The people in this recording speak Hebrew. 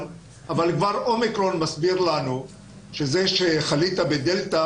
אבל כבר אומיקרון מסביר לנו שזה שחלית בדלתא,